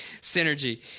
synergy